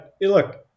look